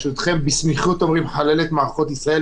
בסמיכות אומרים: חללת מערכות מישראל,